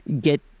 get